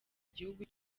gihugu